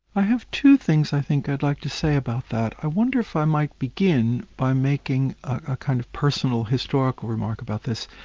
i have two things i think i'd like to say about that. i wonder if i might begin by making a kind of personal historical remark about this.